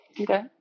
Okay